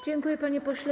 Dziękuję, panie pośle.